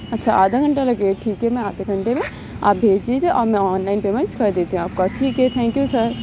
اچھا آدھا گھنٹہ لگے ٹھیک ہے میں آدھے گھنٹے میں آپ بھیج دیجیے اور میں آن لائن پیمینٹ کر دیتی ہوں آپ کو ٹھیک ہے تھینک یو سر